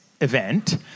event